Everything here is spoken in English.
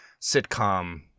sitcom